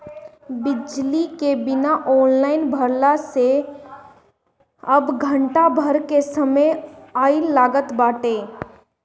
बिजली के bill online भरला से अब घंटा भर के समय नाइ लागत बाटे